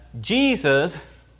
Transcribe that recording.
Jesus